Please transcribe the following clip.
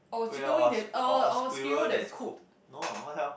wait ah or or a squirrel that is cooked no ah what the hell